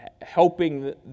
helping